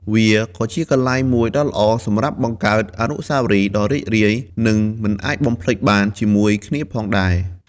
វាក៏ជាកន្លែងមួយដ៏ល្អសម្រាប់ការបង្កើតអនុស្សាវរីយ៍ ដ៏រីករាយ និងមិនអាចបំភ្លេចបានជាមួយគ្នាផងដែរ។